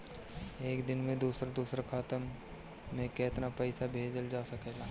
एक दिन में दूसर दूसर खाता में केतना पईसा भेजल जा सेकला?